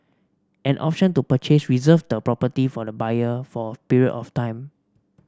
an option to purchase reserves the property for the buyer for a period of time